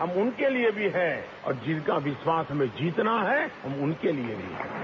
हम उनके लिए भी हैं जिनका विश्वास हमें जीतना है हम उनके लिए भी है